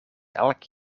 elk